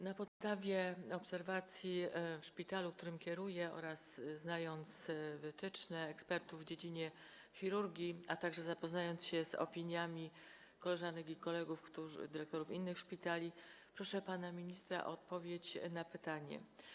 Na podstawie obserwacji w szpitalu, którym kieruję, znając wytyczne ekspertów w dziedzinie chirurgii, a także zapoznając się z opiniami koleżanek i kolegów, dyrektorów innych szpitali, proszę pana ministra o odpowiedź na pytanie: